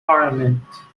parliament